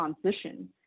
transition